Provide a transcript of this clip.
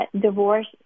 divorce